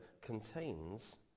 contains